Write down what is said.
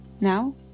Now